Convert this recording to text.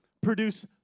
produce